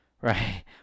right